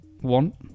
one